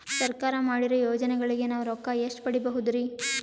ಸರ್ಕಾರ ಮಾಡಿರೋ ಯೋಜನೆಗಳಿಗೆ ನಾವು ರೊಕ್ಕ ಎಷ್ಟು ಪಡೀಬಹುದುರಿ?